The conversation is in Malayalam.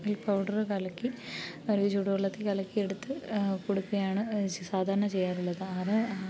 മിൽക്ക് പൗഡറ് കലക്കി ചെറിയ ചൂടുവെള്ളത്തിൽ കലക്കിയെടുത്ത് കൊടുക്കുകയാണ് സാധാരണ ചെയ്യാറുള്ളത് അത്